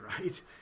right